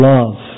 love